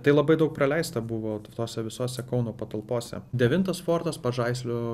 tai labai daug praleista buvo tose visose kauno patalpose devintas fortas pažaislio